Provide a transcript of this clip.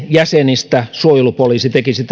jäsenistä suojelupoliisi tekisi